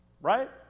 right